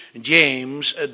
James